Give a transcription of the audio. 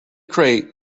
crate